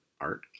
art